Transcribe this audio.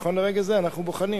נכון לרגע זה, אנחנו בוחנים